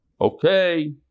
Okay